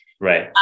Right